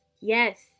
Yes